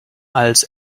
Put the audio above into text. als